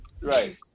Right